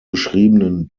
beschriebenen